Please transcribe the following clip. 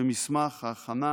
במסמך ההכנה